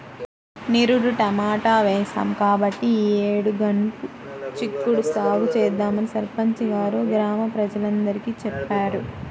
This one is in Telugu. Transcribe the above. నిరుడు టమాటా వేశాం కాబట్టి ఈ యేడు గనుపు చిక్కుడు సాగు చేద్దామని సర్పంచి గారు గ్రామ ప్రజలందరికీ చెప్పారు